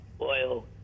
oil